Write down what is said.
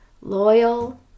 loyal